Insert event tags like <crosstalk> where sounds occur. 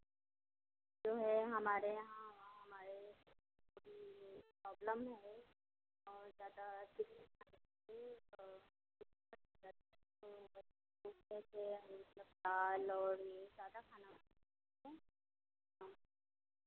जो है हमारे यहाँ हमारे <unintelligible> प्रॉब्लम है और ज़्यादा <unintelligible> खाने से <unintelligible> ऊपर से मतलब दाल और ये ज़्यादा खाना <unintelligible> हम